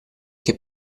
che